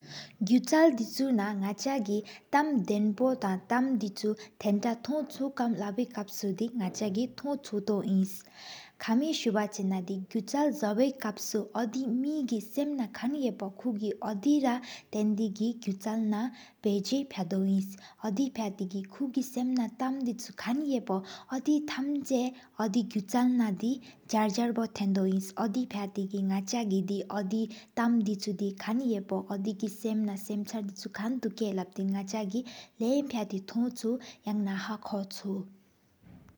ཀུ་ཆལ་དཱ་ཅུ་ན་ན་ཅག་གི་རྟམ་པུ་དེན་པོ། ཐང་རྟམ་པུ་དེན་པོ་ཐོག་ཅུ་ཀམ། ླ་བི་ཀབས་པས་དི་ནག་ཅ་གི་ཐོག་ཅུ་སྟོ་ཨིན། ཁ་མི་སུ་བ་ཅེ་ན་ཀུ་ཆལ་ཟོ་པའི་ཀབས་སྨོ། ཀུ་ཆལ་ཟོ་སྐེན་མ་གི་སེམ་ན་ཁེན་ཡེ་བོ། ཨོ་དེ་ར་དེན་དི་གི་ཀུ་ཆལ་ན། ཕེ་ཟ་ཕ་དོ་ཨིནས་ཨོ་དེ་ཕ་ཏེ་གི་ཁུ་གི་སེམ་ན། ཐམ་དཱ་ཅུ་ཁན་ཡེ་བོ་ཨོ་དི་ཐམ་ཅ། ཨོ་དི་ཀུ་ཆལ་ན་ཟར་ཟར་ཕོ་དེན་དོ་ཨིན། ཨོ་དི་ཕ་ཏེ་གི་ནག་ཅ་གི་ཨོ་དི་ཏེམ་དཱ་ཅུ་ཀན་ཧེ་པོ། ཨོ་དི་གི་སེམ་ན་སམ་ཆར་ཁན་ཡེ་བོ། ལ་བྱེས་གི་ནག་ཅ་གི་ལམ་ཕྱ་ཏེ་གི་ཐོག་ཅུ། ཡང་ན་ཧག་ཁོ་ཅུ།